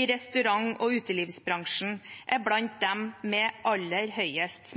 i restaurant- og utelivsbransjen er blant dem med aller høyest